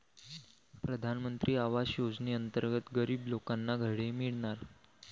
प्रधानमंत्री आवास योजनेअंतर्गत गरीब लोकांना घरे मिळणार